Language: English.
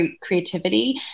creativity